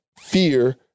fear